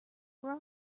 were